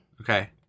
Okay